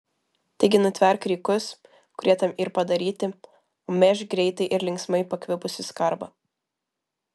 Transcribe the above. taigi nutverk rykus kurie tam yr padaryti o mėžk greitai ir linksmai pakvipusį skarbą